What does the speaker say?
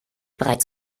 bereits